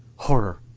horror.